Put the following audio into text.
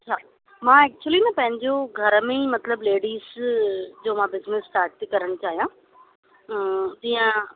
हा मां एक्चुली न पंहिंजो घर में ई मतिलबु लेडिस जो मां बिजनेस स्टार्ट थी करणु चाहियां जीअं